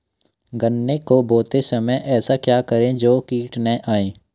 गन्ने को बोते समय ऐसा क्या करें जो कीट न आयें?